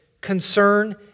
concern